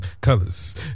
colors